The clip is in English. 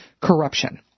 corruption